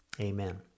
Amen